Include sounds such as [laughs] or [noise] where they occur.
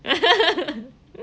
[laughs]